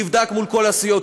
נבדק מול כל הסיעות,